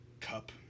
Cup